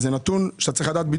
זה נתון שאתה צריך לדעת.